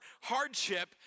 hardship